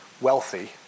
wealthy